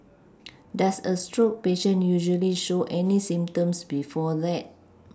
does a stroke patient usually show any symptoms before that